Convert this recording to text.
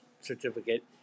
certificate